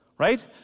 Right